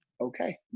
okay